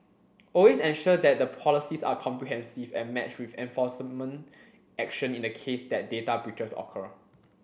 always ensure that the policies are comprehensive and matched with enforcement action in the case that data breaches occur